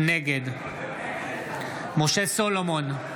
נגד משה סולומון,